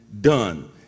done